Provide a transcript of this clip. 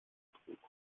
trug